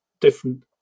different